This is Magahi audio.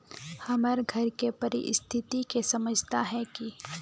हमर घर के परिस्थिति के समझता है की?